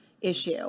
issue